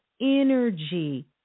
energy